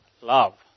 love